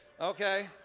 okay